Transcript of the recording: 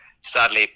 Sadly